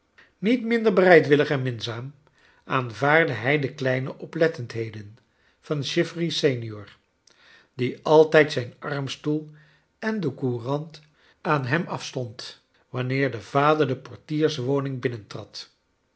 niet minder bereidwillig en minzaam aanvaardhij de kleine oplettendheden van chivery senior die altijd zijn armstoel en de courant aan hem afstond wanneer de vader de portierswoning